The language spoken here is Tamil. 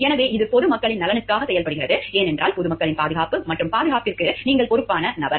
எனவே இது பொது மக்களின் நலனுக்காகச் செயல்படுகிறது ஏனென்றால் பொதுமக்களின் பாதுகாப்பு மற்றும் பாதுகாப்பிற்கு நீங்கள் பொறுப்பான நபர்